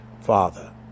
Father